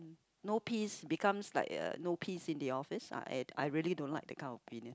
no peace becomes like uh no peace in the office I I really don't like that kind of feeling